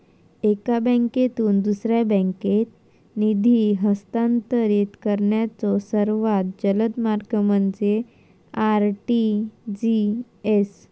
एका बँकेतून दुसऱ्या बँकेत निधी हस्तांतरित करण्याचो सर्वात जलद मार्ग म्हणजे आर.टी.जी.एस